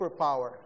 superpower